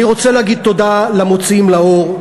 אני רוצה להגיד תודה למוציאים לאור,